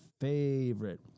favorite